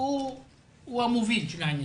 הוא המוביל של העניין.